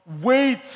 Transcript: wait